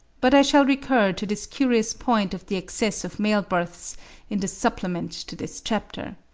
but i shall recur to this curious point of the excess of male births in the supplement to this chapter.